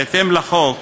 בהתאם לחוק,